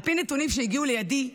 על פי נתונים שהגיעו לידי,